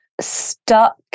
stuck